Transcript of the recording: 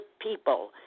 people